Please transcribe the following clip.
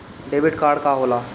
Debit card का होला?